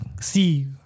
see